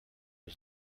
was